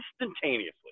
instantaneously